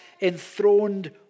enthroned